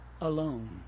alone